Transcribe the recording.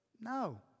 No